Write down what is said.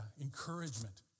encouragement